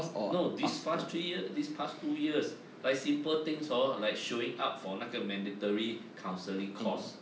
no these past three years these past two years like simple things hor like showing up for 那个 mandatory counseling course